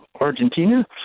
Argentina